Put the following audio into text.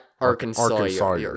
arkansas